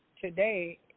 today